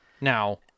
Now